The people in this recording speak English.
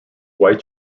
white